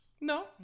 No